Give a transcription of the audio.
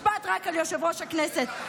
רק משפט על יושב-ראש הכנסת.